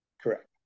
Correct